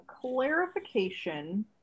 Clarification